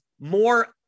more